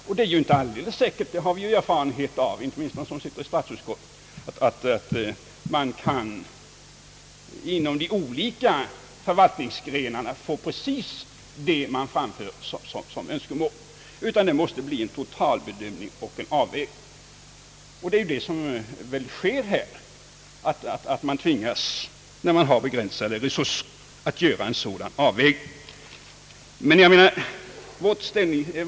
Vi som är ledamöter av statsutskottet har ju erfarenhet av att det inte är säkert att de olika förvaltningsgrenarna får igenom exakt vad de framfört önskemål om, utan det blir en totalbedömning och en avvägning av de olika behoven. Det är väl också det som skett i detta fall, nämligen att man när man har begränsade resurser tvingats att göra en avvägning.